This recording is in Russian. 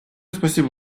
спасибо